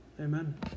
Amen